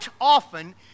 often